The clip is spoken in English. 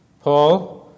Paul